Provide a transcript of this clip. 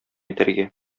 итәргә